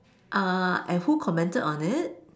uh and who commented on it